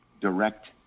direct